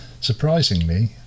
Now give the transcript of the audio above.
surprisingly